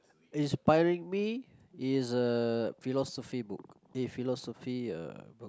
inspiring me is a philosophy book the philosophy uh about